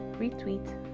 retweet